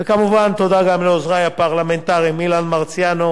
וכמובן, תודה גם לעוזרי הפרלמנטריים אילן מרסיאנו